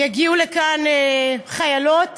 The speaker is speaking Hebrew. יגיעו לכאן חיילות